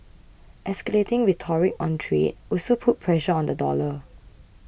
escalating rhetoric on trade also put pressure on the dollar